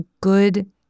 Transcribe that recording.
good